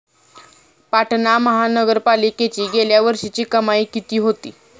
पाटणा महानगरपालिकेची गेल्या वर्षीची कमाई किती होती?